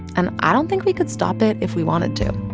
and i don't think we could stop it if we wanted to